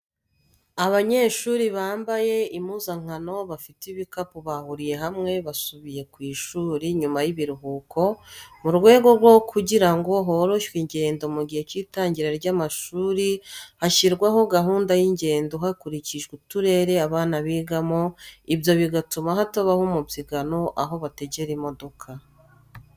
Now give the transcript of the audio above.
Abanyeshuri bambaye impuzankano bafite ibikapu bahuriye hamwe basubiye ku ishuri nyuma y'ibiruhuko, mu rwego rwo kugirango horoshywe ingendo mu gihe cy'itangira ry'amashuri hashyirwaho gahunda y'ingendo hakurikijwe uturere abana bigamo, ibyo bigatuma hatabaho umubyigano aho bategera imodoka.